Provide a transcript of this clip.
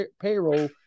payroll